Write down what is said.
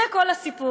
זה כל הסיפור.